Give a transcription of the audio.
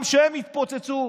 גם שהם יתפוצצו,